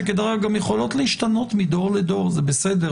שדרך אגב גם יכולות להשתנות מדור לדור; זה בסדר,